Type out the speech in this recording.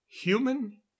human